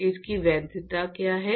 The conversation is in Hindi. इसकी वैधता क्या है